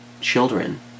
children